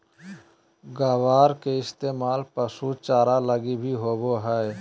ग्वार के इस्तेमाल पशु चारा लगी भी होवो हय